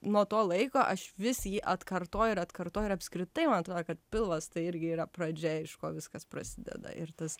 nuo to laiko aš vis jį atkartoju ir atkartoju ir apskritai man atrodo kad pilvas tai irgi yra pradžia iš ko viskas prasideda ir tas